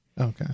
Okay